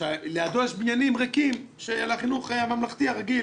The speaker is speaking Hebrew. כשלידו יש בניינים ריקים של החינוך הממלכתי הרגיל.